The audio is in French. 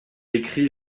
décrit